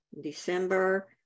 December